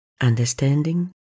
understanding